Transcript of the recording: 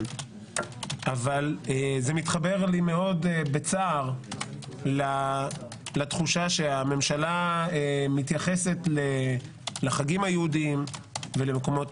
וזה מתחבר לי מאוד בצער לתחושה שהממשלה מתייחסת לחגים היהודיים ולמקומות